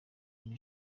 iri